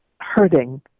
hurting